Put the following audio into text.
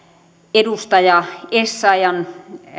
edustaja essayahn